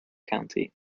county